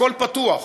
הכול פתוח.